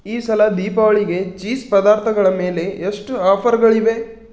ಈ ಸಲ ದೀಪಾವಳಿಗೆ ಚೀಸ್ ಪದಾರ್ಥಗಳ ಮೇಲೆ ಎಷ್ಟು ಆಫರ್ಗಳಿವೆ